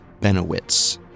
Benowitz